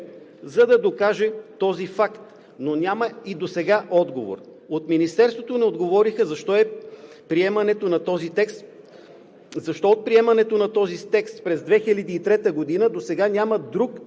за да докаже този факт, но няма и досега отговор. От Министерството не отговориха защо от приемането на този текст през 2003 г. досега няма друг такъв